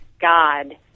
God